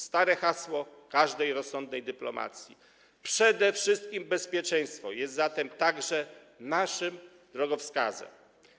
Stare hasło każdej rozsądnej dyplomacji: „Przede wszystkim bezpieczeństwo” jest zatem także naszym drogowskazem.